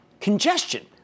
congestion